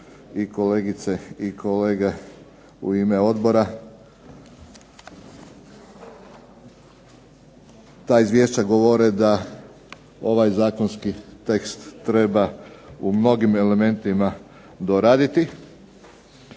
i kolegice i kolege u ime odbora ta izvješća govore da ovaj zakonskim tekst treba u mnogim elementima doraditi.